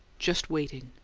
just waiting.